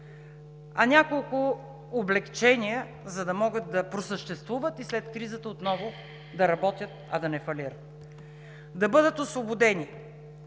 а няколко облекчения, за да могат да просъществуват и след кризата отново да работят, а да не фалират: да бъдат освободени